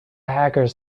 hackers